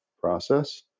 process